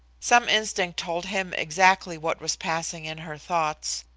some instinct told him exactly what was passing in her thoughts.